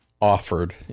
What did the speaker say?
offered